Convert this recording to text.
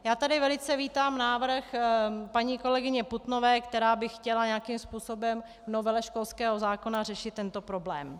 Já tady velice vítám návrh paní kolegyně Putnové, která by chtěla nějakým způsobem v novele školského zákona řešit tento problém.